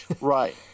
Right